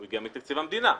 מתקציב המדינה.